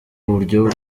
buryo